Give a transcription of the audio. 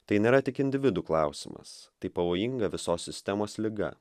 tai nėra tik individų klausimas tai pavojinga visos sistemos liga